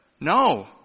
No